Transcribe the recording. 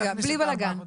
בלי בלגן.